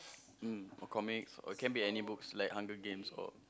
mm or comics or can be any books like Hunger-Games or